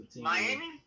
Miami